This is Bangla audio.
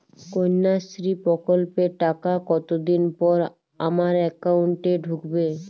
কন্যাশ্রী প্রকল্পের টাকা কতদিন পর আমার অ্যাকাউন্ট এ ঢুকবে?